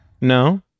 No